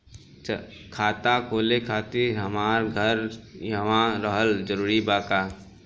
खाता खोले खातिर हमार घर इहवा रहल जरूरी बा का?